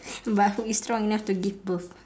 but who is strong enough to give birth